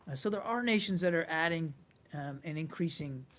and so there are nations that are adding and increasing,